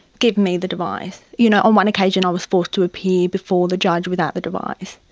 give me the device. you know on one occasion i was forced to appear before the judge without the device.